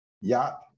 yacht